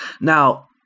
Now